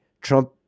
trump